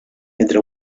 entre